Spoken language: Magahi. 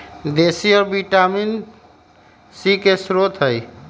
देशी औरा विटामिन सी के स्रोत हई